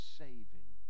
saving